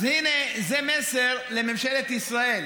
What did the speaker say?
אז הינה, זה מסר לממשלת ישראל: